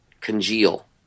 congeal